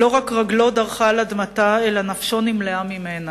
לא רק רגלו דרכה על אדמתה, אלא נפשו נמלאה ממנה.